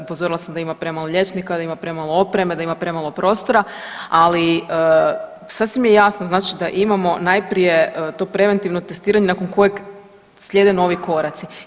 Upozorila sam da ima premalo liječnika, da ima premalo opreme, da ima premalo prostora, ali sasvim je jasno znači da imamo najprije to preventivno testiranje nakon kojeg slijede novi koraci.